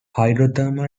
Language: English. hydrothermal